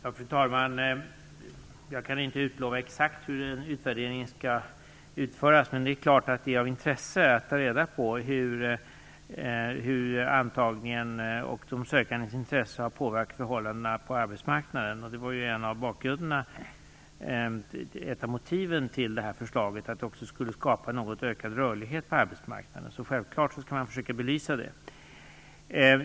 Fru talman! Jag kan inte utlova exakt hur utvärderingen skall utföras, men det är klart att det är av intresse att ta reda på hur antagningen och de sökandes intresse har påverkat förhållandena på arbetsmarknaden. Ett av motiven till detta förslag var ju att det skulle skapa en något ökad rörlighet på arbetsmarknaden. Självfallet skall man försöka belysa det.